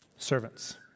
Servants